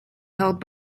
held